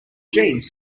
jeans